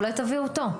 אולי תביאו אותו?